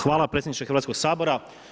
Hvala predsjedniče Hrvatskog sabora.